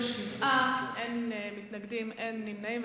בעד הצביעו שבעה, אין מתנגדים, אין נמנעים.